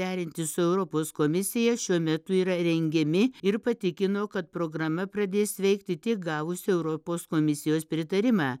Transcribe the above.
derinti su europos komisija šiuo metu yra rengiami ir patikino kad programa pradės veikti tik gavusi europos komisijos pritarimą